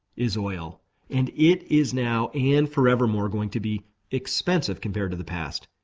is oil and it is now and forever more going to be expensive compared to the past,